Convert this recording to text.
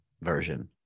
version